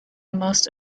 most